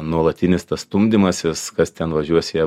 nuolatinis tas stumdymasis kas ten važiuos į